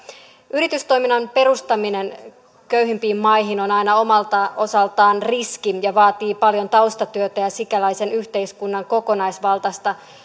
yritystoiminnan perustaminen köyhimpiin maihin on aina omalta osaltaan riski ja vaatii paljon taustatyötä ja sikäläisen yhteiskunnan kokonaisvaltaista